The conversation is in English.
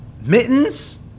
Mittens